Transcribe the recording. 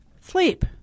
sleep